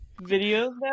videos